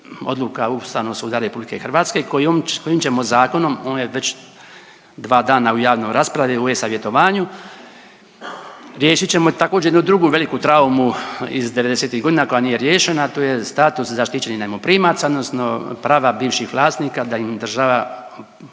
odluka Ustavnog suda RH kojom, s kojim ćemo zakonom, on je već dva dana u javnoj raspravi, u e-savjetovanju, riješit ćemo također jednu drugu veliku traumu iz '90.-tih godina koja nije riješena, a to je status zaštićenih najmoprimaca odnosno prava bivših vlasnika da im država